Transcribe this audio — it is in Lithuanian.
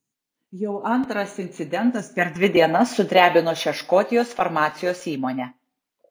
jau antras incidentas per dvi dienas sudrebino šią škotijos farmacijos įmonę